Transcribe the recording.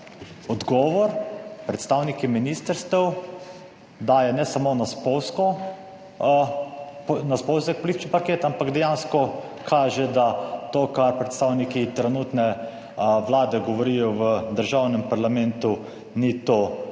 Odgovor, predstavniki ministrstev daje ne samo na spolzko, na spolzek politični parket, ampak dejansko kaže, da to kar predstavniki trenutne Vlade govorijo v Državnem parlamentu, ni to,